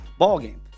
ballgame